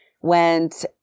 went